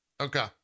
Okay